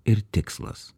ir tikslas